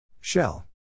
Shell